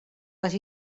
les